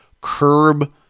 curb